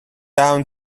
down